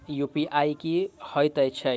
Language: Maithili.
यु.पी.आई की हएत छई?